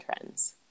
trends